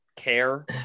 care